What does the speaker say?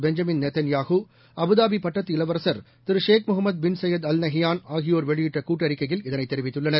Benjamin Netanyahu அபுதாபிபட்டத்து இளவரசர் Thiru Sheikh முகமதபின் சையத் அல் நஹ்யான் ஆகியோர் வெளியிட்டகூட்டறிக்கையில் இதனைதெரிவித்துள்ளனர்